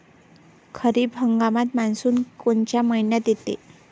खरीप हंगामात मान्सून कोनच्या मइन्यात येते?